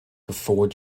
before